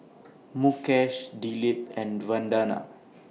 Mukesh Dilip and Vandana